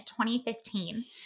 2015